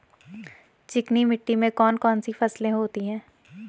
चिकनी मिट्टी में कौन कौन सी फसलें होती हैं?